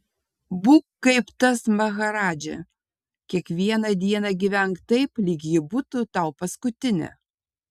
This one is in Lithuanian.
būk kaip tas maharadža kiekvieną dieną gyvenk taip lyg ji būtų tau paskutinė